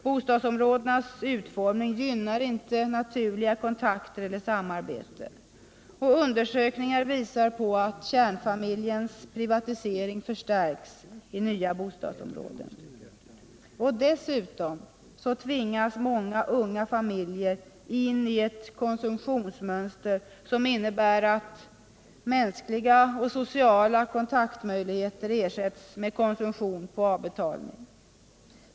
Bostadsområdenas urformning gynnar inte naturliga kontakter eller samarbete. Undersökningar visar att kärnfamiljens privatisering förstärks i nya bostadsområden. Dessutom tvingas många unga familjer in i ett konsumtionsmönster, som innebär att mänskliga och sociala kontaktmöjligheter ersätts med konsumtion på avbetalning.